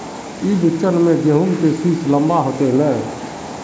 ई बिचन में गहुम के सीस लम्बा होते नय?